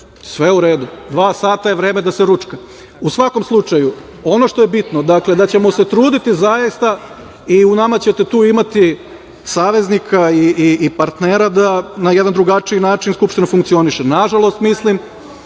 je u redu. Dva sata je vreme da se ručka.U svakom slučaju, ono što je bitno je da ćemo se truditi zaista i u nama ćete tu imati saveznika i partnera da na jedan drugačiji način Skupština funkcioniše. Nažalost, mislim